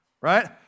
right